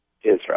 Israel